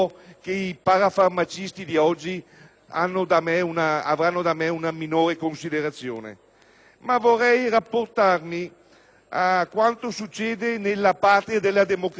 ma vorrei rapportarmi a quanto succede nella patria della democrazia. A Londra nessuno si sogna di manifestare davanti a Westminster.